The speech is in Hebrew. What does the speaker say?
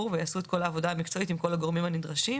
ועשו את כל העבודה המקצועית עם כל הגורמים הנדרשים